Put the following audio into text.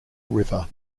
river